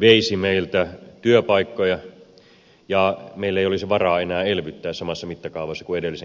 veisi meiltä työpaikkoja eikä meillä olisi varaa enää elvyttää samassa mittakaavassa kuin edellisen kriisin aikana